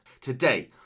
today